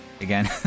again